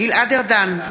גלעד ארדן,